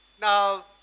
Now